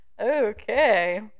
Okay